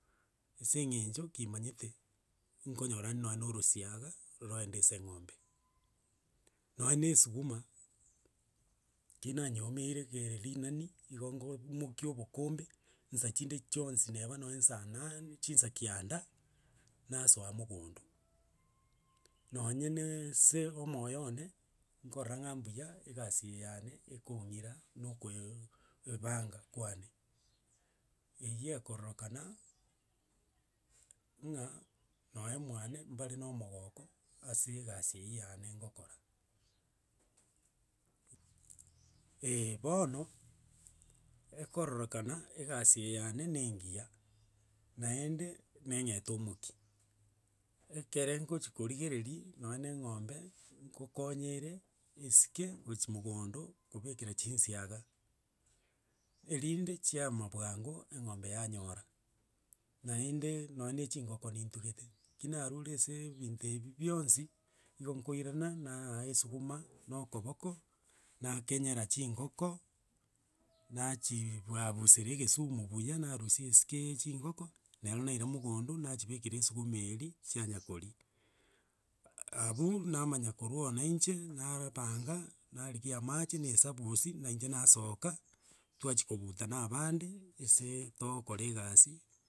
Ase eng'encho, kimanyete nkonyorande nonye na orosiaga roende ase eng'ombe, nonye na esuguma, kinanyeomeire gere rinani, igo nko omokia obokombe, nsa chinde chionsi neba nonye nsa nane, chinsa kianda, nasoa mogondo nonye naaa ase omoyo one, nkorora ng'a mbuya egasi eye yane ekong'ira na okoee ebanga kwane. Eywo ekororekana, ng'a, nonye mwane mbare na omogoko ase egasi eywo yane ngokora. Eh bono, ekororekana egasi eye yane na engiya, naende na eng'ete omokia, ekere ngochia korigereria nonye na eng'ombe, ngokonya ere esike gochia mogondo, kobekera chinsiaga, erinde chiama bwango eng'ombe yanyora. Naende, nonye na echingoko nintugete, ki narure ase ebinto ebi bionsi, igo nkoirana na aga esuguma na okoboko, nakenyera chingoko, nachiiibuabusera egesumu buya narusia esike ya echingoko, nero naira mogondo nachibekera esuguma eria, chianya koria. Abwo namanya korwa ororo na inche, napanga, narigia amache, na esabusia, na inche nasoka, twachikobuta na abande aseee togokora egasi.